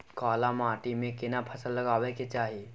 काला माटी में केना फसल लगाबै के चाही?